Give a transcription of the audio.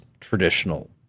traditional